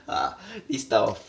ah this type of